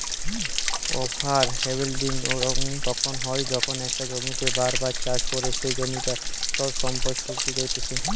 over harvesting তখন হয় যখন একটা জমিতেই বার বার চাষ করে সেই জমিটার সব সম্পদ শুষিয়ে জাত্ছে